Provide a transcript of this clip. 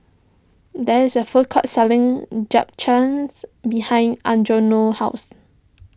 there is a food court selling Japchaes behind Algernon's house